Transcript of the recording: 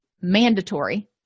mandatory